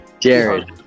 Jared